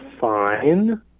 fine